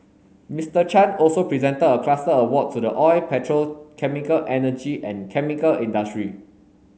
Mister Chan also presented a cluster award to the oil petrochemical energy and chemical industry